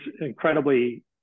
incredibly